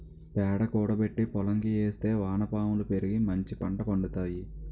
పేడ కూడబెట్టి పోలంకి ఏస్తే వానపాములు పెరిగి మంచిపంట పండుతాయి